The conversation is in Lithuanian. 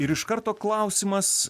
ir iš karto klausimas